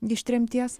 iš tremties